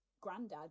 granddad